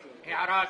הערה.